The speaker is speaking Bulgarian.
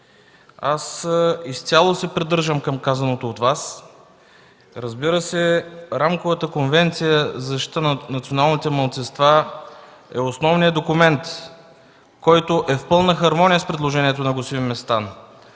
изцяло се придържам към казаното от Вас. Разбира се, Рамковата конвенция за защита на националните малцинства е основният документ, който е в пълна хармония с предложението на господин Местан.